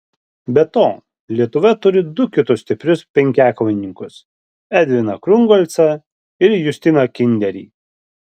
be to lietuva turi du kitus stiprius penkiakovininkus edviną krungolcą ir justiną kinderį